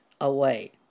away